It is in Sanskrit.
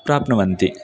प्राप्नुवन्ति